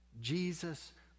Jesus